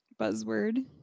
buzzword